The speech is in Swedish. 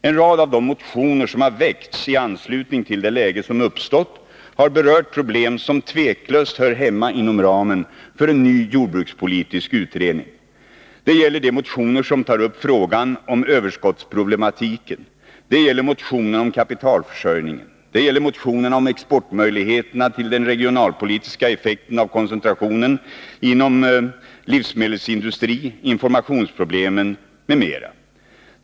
En rad av de motioner som har väckts i anslutning till det läge som uppstått har berört problem som tveklöst hör hemma inom ramen för en ny jordbrukspolitisk utredning. Det gäller de motioner som tar upp frågan om överskottsproblematiken. Det gäller motionen om kapitalförsörjningen. Det gäller motionerna om exportmöjligheterna, den regionalpolitiska effekten av koncentrationen inom livsmedelsindustrin, informationsproblemen m.m.